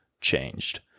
changed